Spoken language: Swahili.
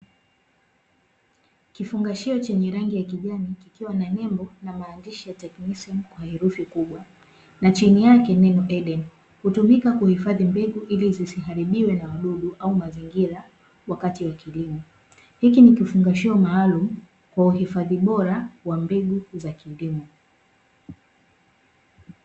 Kifungashio chenye rangi ya kijani kikiwa na nembo na maandishi ya teknisim kwa herufi kubwa na chini yake neno edeni, hutumika kuhifadhi mbegu ili zisiharibiwe na wadudu au mazingira wakati wa kilimo, hiki ni kifungashio maalumu kwa uhifadhi bora wa mbegu za kilimo.